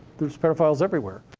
there's pedophiles everywhere.